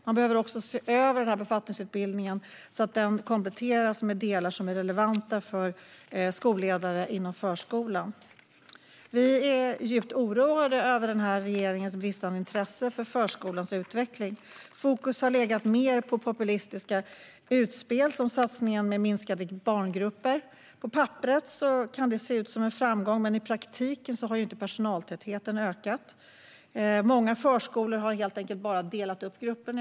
Man behöver också se över befattningsutbildningen, så att den kompletteras med delar som är relevanta för skolledare inom förskolan. Vi är djupt oroade över denna regerings bristande intresse för förskolans utveckling. Fokus har legat mer på populistiska utspel, som satsningen på minskade barngrupper. På papperet kan det se ut som en framgång, men i praktiken har inte personaltätheten ökat. Många förskolor har helt enkelt bara delat upp gruppen.